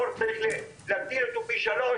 צריך להגדיל את תקציב הספורט פי שלוש